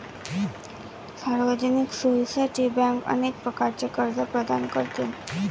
सार्वजनिक सोयीसाठी बँक अनेक प्रकारचे कर्ज प्रदान करते